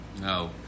no